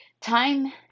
time